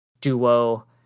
duo